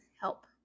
help